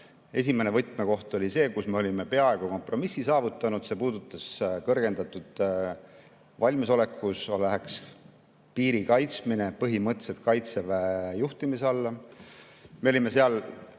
Esimene võtmekoht oli see, kus me olime peaaegu kompromissi saavutanud, see puudutas seda, et kõrgendatud valmisolekus läheks piiri kaitsmine põhimõtteliselt Kaitseväe juhtimise alla. Me olime seal